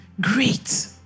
great